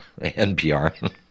NPR